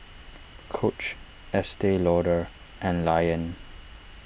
Coach Estee Lauder and Lion